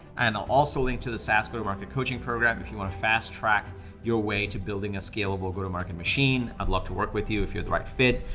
and i'll also link to the sas go-to-market coaching program if you wanna fast track your way to building a scalable go-to-market machine, i'd love to work with you if you're the right fit.